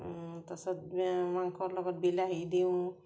তাৰপাছত মাংসৰ লগত বিলাহী দিওঁ